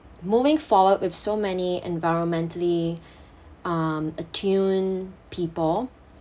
moving forward with so many environmentally um attune people